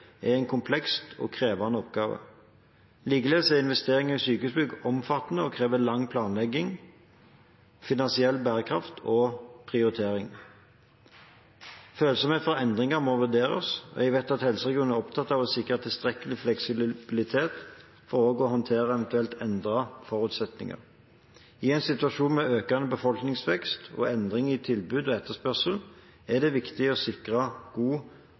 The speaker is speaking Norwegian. er en kompleks og krevende oppgave. Likeledes er investeringer i sykehusbygg omfattende og krever lang planlegging, finansiell bærekraft og prioritering. Følsomheten for endring må vurderes, og jeg vet at helseregionene er opptatt av å sikre tilstrekkelig fleksibilitet for å håndtere eventuelle endrede forutsetninger. I en situasjon med økende befolkningsvekst og endringer i tilbud og etterspørsel er det viktig å sikre god